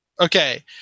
okay